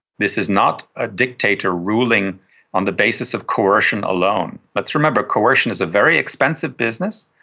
this is not a dictator ruling on the basis of coercion alone. let's remember, coercion is a very expensive business.